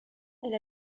elle